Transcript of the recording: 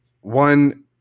one